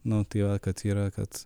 nu tai va kad yra kad